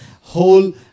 whole